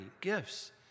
gifts